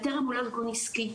בטרם הוא לא ארגון עסקי,